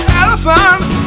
elephants